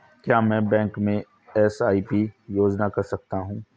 क्या मैं बैंक में एस.आई.पी योजना कर सकता हूँ?